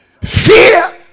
Fear